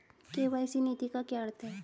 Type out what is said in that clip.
KYC नीति का क्या अर्थ है?